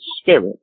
spirit